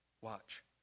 Watch